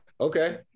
Okay